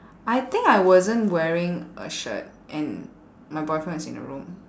I think I wasn't wearing a shirt and my boyfriend was in the room